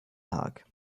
tag